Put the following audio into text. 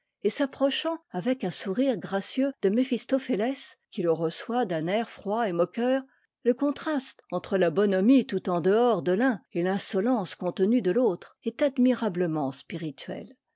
et s'approchant avec un sourire gracieux de méphistophéiès qui le reçoit d'un air froid et moqueur le contraste entre la bonhomie tout en dehors de l'un et l'insolence contenue de l'autre est admirablement spirituel